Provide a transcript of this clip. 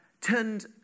turned